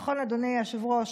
נכון, אדוני היושב-ראש,